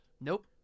Nope